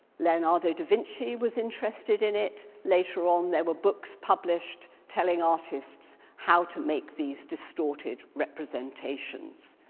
leonardo da vinci was interested in it. later on, there were books published telling artists how to make these distorted representations.